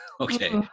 Okay